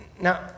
Now